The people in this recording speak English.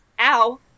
Ow